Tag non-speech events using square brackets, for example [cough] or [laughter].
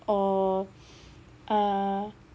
or [breath] uh